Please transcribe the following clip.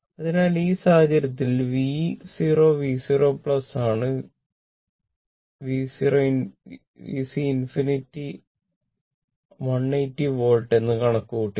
അതിനാൽ ഈ സാഹചര്യത്തിൽ V 0 V 0 ആണ് VC ∞ 180 വോൾട്ട് എന്ന് കണക്കു കൂട്ടിയിട്ടുണ്ട്